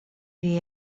wie